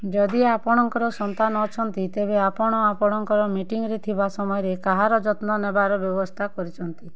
ଯଦି ଆପଣଙ୍କର ସନ୍ତାନ ଅଛନ୍ତି ତେବେ ଆପଣ ଆପଣଙ୍କର ମିଟିଂରେ ଥିବା ସମୟରେ କାହାର ଯତ୍ନ ନେବାର ବ୍ୟବସ୍ଥା କରିଛନ୍ତି